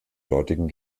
dortigen